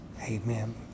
Amen